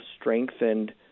strengthened